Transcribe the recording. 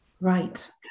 Right